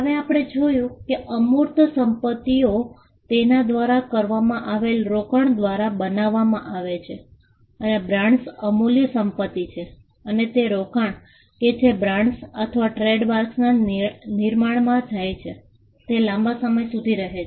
હવે આપણે જોયું કે અમૂર્ત સંપત્તિઓ તેના દ્વારા કરવામાં આવેલા રોકાણ દ્વારા બનાવવામાં આવે છે અને બ્રાન્ડ્સ અમૂલ્ય સંપત્તિ છે અને તે રોકાણ કે જે બ્રાન્ડ્સ અથવા ટ્રેડમાર્કના નિર્માણમાં જાય છે તે લાંબા સમય સુધી રહે છે